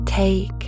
Take